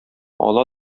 ала